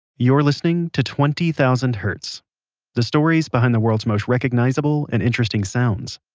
you're listening to twenty thousand hertz the stories behind the world's most recognizable and interesting sounds.